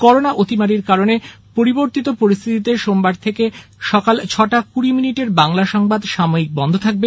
corona অতিমারীর কারণে পরিবর্তিত পরিস্থিতিতে সোমবার থেকে সকাল ছটা কুড়ি মিনিটের বাংলা সংবাদ সাময়িক বন্ধ থাকবে